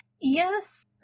yes